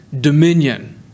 dominion